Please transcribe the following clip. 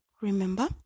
remember